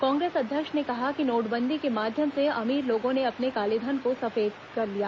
कांग्रेस अध्यक्ष ने कहा कि नोटबंदी के माध्यम से अमीर लोगों ने अपने कालेधन को सफेद कर लिया